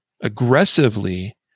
aggressively